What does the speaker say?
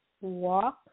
walk